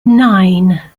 nine